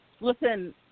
Listen